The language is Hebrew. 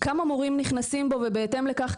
כמה מורים נכנסים בו ובהתאם לכך,